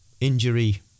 Injury